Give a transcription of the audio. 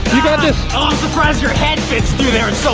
you got this. oh, i'm surprised your head fits through there, it's so